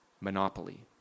monopoly